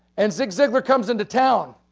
and zig ziglar comes into town,